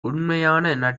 உண்மையான